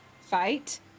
fight